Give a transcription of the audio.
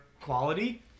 quality